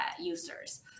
users